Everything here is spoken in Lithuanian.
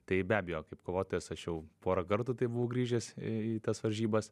tai be abejo kaip kovotojas aš jau porą kartų taip buvau grįžęs į į tas varžybas